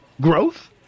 growth